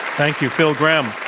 thank you, phil graham.